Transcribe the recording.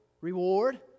reward